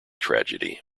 tragedy